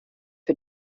für